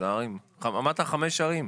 אמרת על חמש ערים,